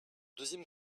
deuxième